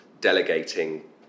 delegating